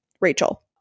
Rachel